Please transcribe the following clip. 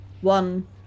one